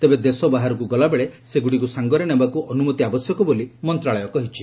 ତେବେ ଦେଶ ବାହାରକୁ ଗଲାବେଳେ ସେଗୁଡ଼ିକୁ ସାଙ୍ଗରେ ନେବାକୁ ଅନୁମତି ଆବଶ୍ୟକ ବୋଲି ମନ୍ତ୍ରଣାଳୟ କହିଛି